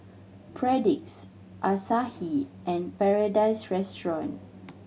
Perdix Asahi and Paradise Restaurant